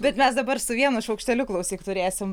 bet mes dabar su vienu šaukšteliu klausyk turėsim